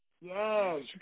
Yes